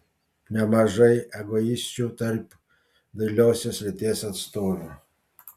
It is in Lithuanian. nemažai egoisčių tarp dailiosios lyties atstovių